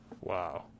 Wow